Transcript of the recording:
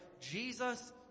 Jesus